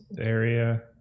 area